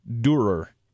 durer